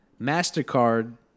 MasterCard